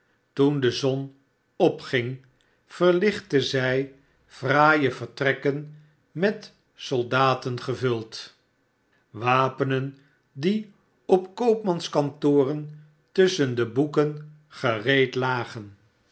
toen de zor opgiag yerlichtte zij fraaie vertrekken met soldaten gevuld wapenen die op koopmanskantoren tusschen de boeken gereed lagen